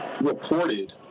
reported